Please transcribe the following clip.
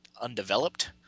undeveloped